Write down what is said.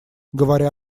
говоря